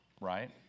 right